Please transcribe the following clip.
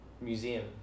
museum